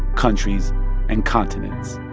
countries and continents